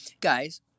Guys